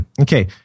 okay